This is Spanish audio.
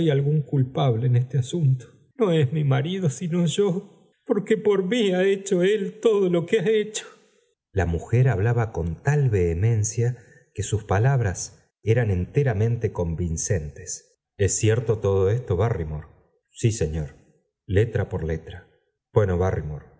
algún culpable en este asunto no es mi marido sino yo porque por mí ha hecho él todo do que ha hecho la mujer hablaba con tal vehemencia que sus palabras eran enteramente convincentes es cierto todo esto barrymore sí señor